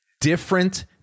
different